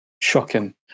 shocking